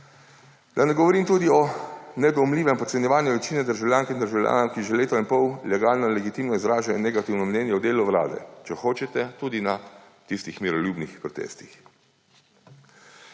Da ne govorim tudi o nedoumljivem podcenjevanju večine državljank in državljanov, ki že leto in pol legalno in legitimno izražajo negativno mnenje o delu vlade, če hočete tudi na tistih miroljubnih protestih.